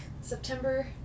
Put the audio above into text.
September